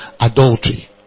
Adultery